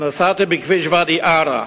נסעתי בכביש ואדי-עארה,